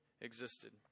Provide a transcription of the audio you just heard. existed